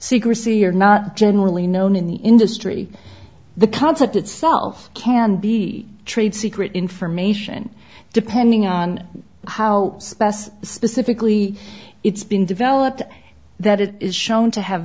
secrecy are not generally known in the industry the concept itself can be trade secret information depending on how specifically it's been developed that it is shown to have